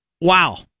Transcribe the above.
Wow